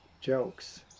jokes